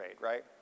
right